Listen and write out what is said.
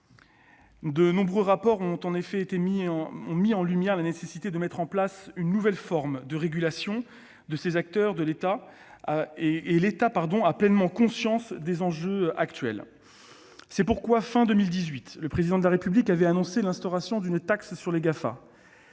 De nombreux rapports ont en effet mis en lumière la nécessité de mettre en place une nouvelle forme de régulation de ces acteurs et l'État a pleinement conscience des enjeux actuels. C'est pourquoi, à la fin de l'année 2018, le Président de la République avait annoncé l'instauration d'une taxe sur les GAFA.